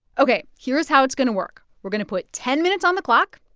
ok. here's how it's going to work. we're going to put ten minutes on the clock,